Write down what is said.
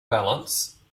balance